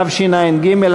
טרומית ותועבר לוועדת החוקה,